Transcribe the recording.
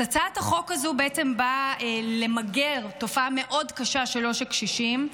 הצעת החוק הזאת בעצם באה למגר תופעה מאוד קשה של עושק קשישים.